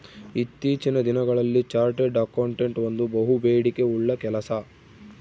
ಇತ್ತೀಚಿನ ದಿನಗಳಲ್ಲಿ chartered accountant ಒಂದು ಬಹುಬೇಡಿಕೆ ಉಳ್ಳ ಕೆಲಸ